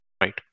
Right